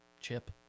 Chip